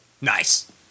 nice